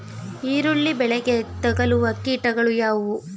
ಈರುಳ್ಳಿ ಬೆಳೆಗೆ ತಗಲುವ ಕೀಟಗಳು ಯಾವುವು?